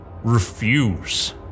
Refuse